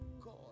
God